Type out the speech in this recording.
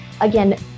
Again